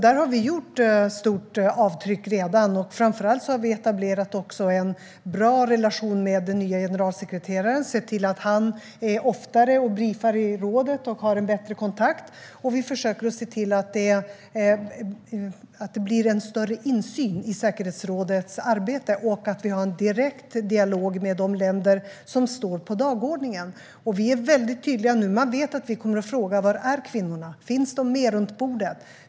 Där har vi gjort stort avtryck redan. Framför allt har vi etablerat en bra relation med den nya generalsekreteraren; vi har sett till att han oftare är i rådet och briefar och har en bättre kontakt. Vi försöker också se till att det blir större insyn i säkerhetsrådets arbete samt att vi har en direkt dialog med de länder som står på dagordningen. Vi är väldigt tydliga nu - man vet att vi kommer att fråga var kvinnorna är. Finns de med runt borden?